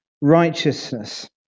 righteousness